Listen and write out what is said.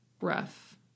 rough